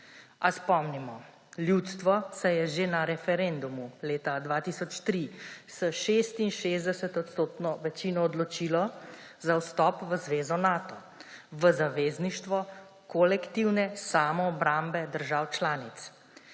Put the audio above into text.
A spomnimo, ljudstvo se je že na referendumu leta 2003 s 66-odstotno večino odločilo za vstop v zvezo Nato, v zavezništvo kolektivne samoobrambe držav članic.